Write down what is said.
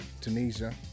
Tunisia